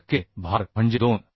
5 टक्के भार म्हणजे 2